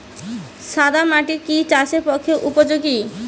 সাদা মাটি কি চাষের পক্ষে উপযোগী?